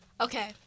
Okay